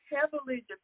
heavily